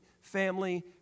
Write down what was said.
Family